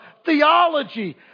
theology